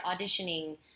auditioning